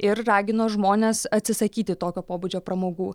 ir ragino žmones atsisakyti tokio pobūdžio pramogų